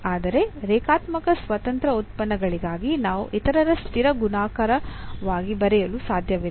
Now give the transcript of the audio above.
ಆದರೆ ರೇಖಾತ್ಮಕ ಸ್ವತಂತ್ರ ಉತ್ಪನ್ನಗಳಿಗಾಗಿ ನಾವು ಇತರರ ಸ್ಥಿರ ಗುಣಾಕಾರವಾಗಿ ಬರೆಯಲು ಸಾಧ್ಯವಿಲ್ಲ